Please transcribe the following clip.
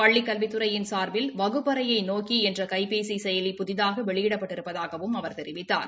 பள்ளிக்கல்வித் துறையின் சார்பில் வகுப்பறையை நோக்கி என்ற கைபேசி செயலி புதிதாக வெளியிடப்பட்டிருப்பதாகவும் அவர் தெரிவித்தார்